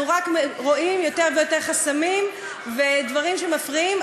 רק רואים יותר ויותר חסמים ודברים שמפריעים.